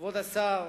כבוד השר